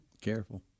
Careful